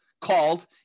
called